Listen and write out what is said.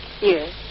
Yes